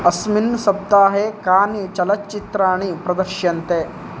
अस्मिन् सप्ताहे कानि चलच्चित्राणि प्रदर्श्यन्ते